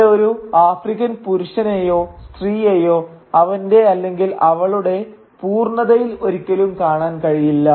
ഇവിടെ ഒരു ആഫ്രിക്കൻ പുരുഷനെയോ സ്ത്രീയെയോ അവന്റെ അല്ലെങ്കിൽ അവളുടെ പൂർണ്ണതയിൽ ഒരിക്കലും കാണാൻ കഴിയില്ല